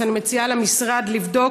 אז אני מציעה למשרד לבדוק.